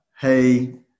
hey